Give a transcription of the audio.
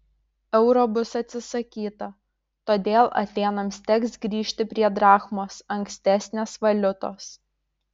euro bus atsisakyta todėl atėnams teks grįžti prie drachmos ankstesnės valiutos